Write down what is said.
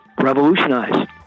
revolutionize